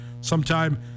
sometime